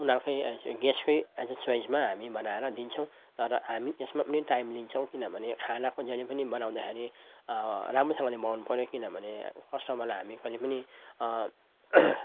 उनीहरूकै गेस्टकै as a च्वाइसमा हामी बनाएर दिन्छौँ तर हामी यसमा पनि टाइम लिन्छौँ किनभने खानाको जहिले पनि बनाउँदाखेरि राम्रोसँगले बनाउनु पर्यो किनभने कस्टमरलाई हामी कहिले पनि